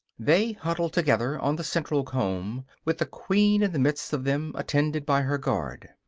they huddle together on the central comb, with the queen in the midst of them, attended by her guard.